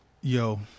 yo